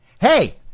hey